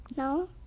No